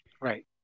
Right